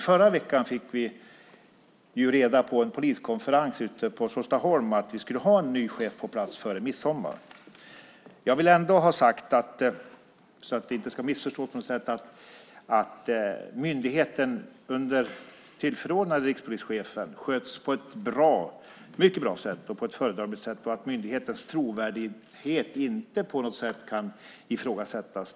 Förra veckan fick vi på en poliskonferens ute på Såstaholm reda på att vi skulle ha en ny chef på plats före midsommar. För att det inte på något sätt ska missförstås vill jag ha sagt att myndigheten under den tillförordnade rikspolischefen sköts på ett mycket bra sätt, på ett föredömligt sätt, och att myndighetens trovärdighet inte på något sätt kan ifrågasättas.